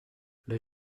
les